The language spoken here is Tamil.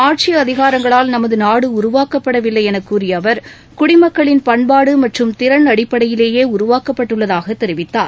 ஆட்சி அதிகாரங்களால் நமது நாடு உருவாக்கப்படவில்லை என கூறிய அவர் குடிமக்களின் பண்பாடு மற்றும் திறன் அடிப்படையிலேயே உருவாக்கப்பட்டுள்ளதாக தெரிவித்தார்